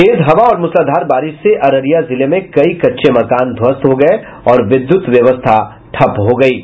तेज हवा और मूसलाधार बारिश से अररिया जिले में कई कच्चे मकान ध्वस्त हो गये और विद्युत व्यवस्था ठप्प हो गयी है